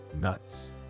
nuts